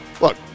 look